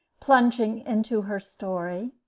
plunging into her story.